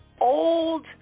old